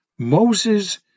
Moses